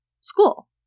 school